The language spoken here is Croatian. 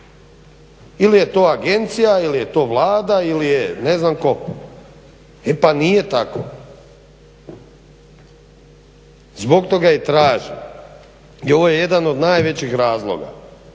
Ili je to agencija ili je to Vlada ili je ne znam tko. E pa nije tako. Zbog toga i tražim i ovo je jedan od najvećih razloga